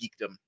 geekdom